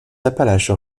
appalaches